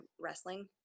wrestling